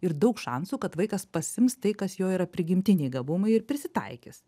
ir daug šansų kad vaikas pasiims tai kas jo yra prigimtiniai gabumai ir prisitaikys